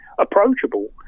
approachable